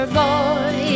boy